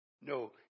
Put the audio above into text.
No